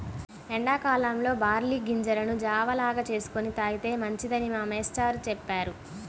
ఎండా కాలంలో బార్లీ గింజలను జావ లాగా చేసుకొని తాగితే మంచిదని మా మేష్టారు చెప్పారు